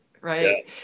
Right